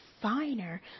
finer